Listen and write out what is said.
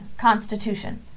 Constitution